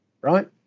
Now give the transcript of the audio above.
right